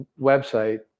website